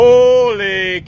Holy